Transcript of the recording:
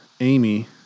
Amy